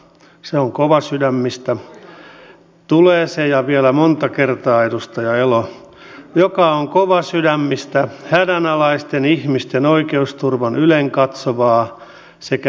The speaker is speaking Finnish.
se on kovasydämistä tulee se ja vielä monta kertaa edustaja elo hädänalaisten ihmisten oikeusturvan ylenkatsovaa sekä ihmisoikeuksia loukkaavaa